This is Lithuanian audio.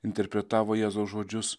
interpretavo jėzaus žodžius